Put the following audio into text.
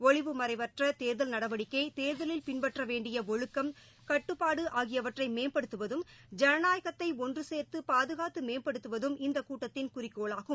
ஒளிவு மறைவற்ற தேர்தல் நடவடிக்கை தேர்தலில் பின்பற்ற வேண்டிய ஒழுக்கம் கட்டுபாடு ஆகியவற்றை மேம்படுத்துவதும் ஜனநாயகத்தை ஒன்று சேர்ந்து பாதுகாத்து மேம்படுத்துவதும் இந்த கூட்டத்தின் குறிக்கோளாகும்